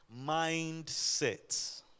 mindset